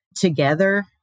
together